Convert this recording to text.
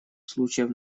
случаев